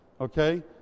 Okay